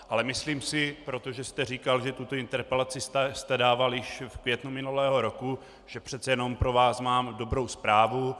Ale myslím si, protože jste říkal, že tuto interpelaci jste již dával v květnu minulého roku, že přece jenom pro vás mám dobrou zprávu.